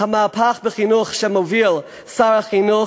המהפך בחינוך שמוביל שר החינוך.